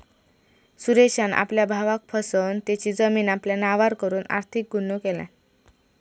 सुरेशान आपल्या भावाक फसवन तेची जमीन आपल्या नावार करून आर्थिक गुन्हो केल्यान